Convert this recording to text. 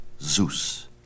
Zeus